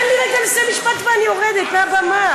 תן לי רגע לסיים משפט ואני יורדת מהבמה.